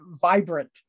vibrant